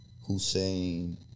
Hussein